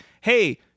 Hey